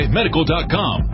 medical.com